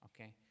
okay